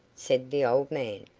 said the old man,